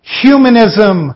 humanism